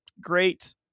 great